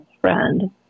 friend